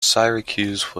syracuse